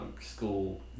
school